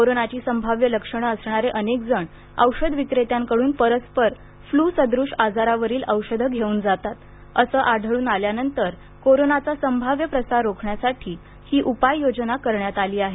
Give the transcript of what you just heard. कोरोनाची संभाव्य लक्षणं असणारे अनेक जण औषध विक्रेत्यांकडून परस्पर फ्लू सदृश् आजारावरील औषधं घेऊन जातात असं आढळून आल्यानंतर कोरोनाचा संभाव्य प्रसार रोखण्यासाठी ही उपाय योजना करण्यात आली आहे